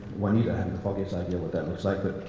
juanita hadn't the foggiest idea what that looks like but